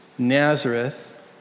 Nazareth